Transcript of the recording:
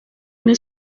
umwe